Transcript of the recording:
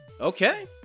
Okay